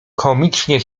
komicznie